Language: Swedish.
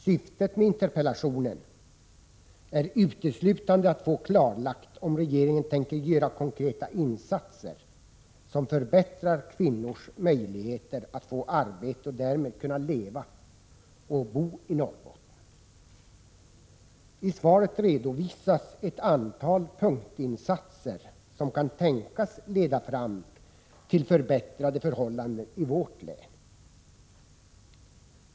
Syftet med interpellationen är uteslutande att få klarlagt om regeringen tänker göra konkreta insatser som förbättrar kvinnors möjligheter att få arbete och därmed kunna leva och bo i Norrbotten. I svaret redovisas ett antal punktinsatser som kan tänkas leda fram till förbättrade förhållanden i vårt län.